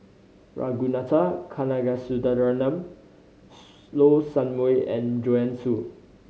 Ragunathar Kanagasuntheram Low Sanmay and Joanne Soo